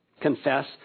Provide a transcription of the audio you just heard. Confess